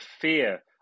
fear